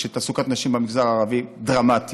שתעסוקת נשים במגזר הערבי היא דרמטית.